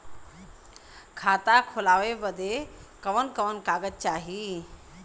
खाता खोलवावे में कवन कवन कागज चाही?